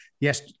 yes